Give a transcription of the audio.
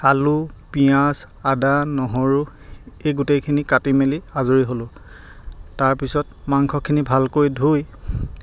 আলু পিয়াঁজ আদা নহৰু এই গোটেইখিনি কাটি মেলি আজৰি হ'লোঁ তাৰপিছত মাংসখিনি ভালকৈ ধুই